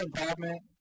involvement